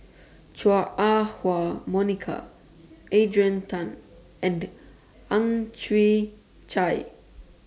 Chua Ah Huwa Monica Adrian Tan and Ang Chwee Chai